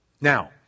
Now